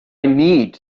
need